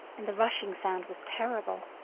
and the rushing sound was terrible.